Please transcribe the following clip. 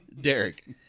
Derek